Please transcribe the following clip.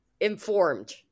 Informed